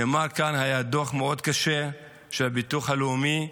נאמר כאן שהיה דוח מאוד קשה של הביטוח הלאומי,